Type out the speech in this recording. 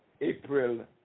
April